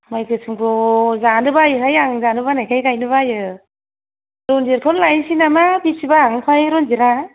माइ गोसोमखौ जानो बायोहाय आं जानो बानायखाय गायनो बायो रन्जितखौनो लायनोसै नामा बिसिबां आमफ्राय रन्जितआ